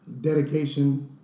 Dedication